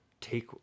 take